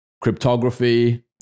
cryptography